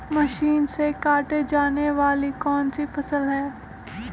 Machine से काटे जाने वाली कौन सी फसल है?